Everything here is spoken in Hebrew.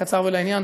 קצר ולעניין.